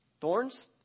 Thorns